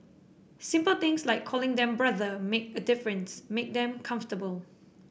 simple things like calling them brother make a difference make them comfortable